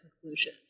conclusion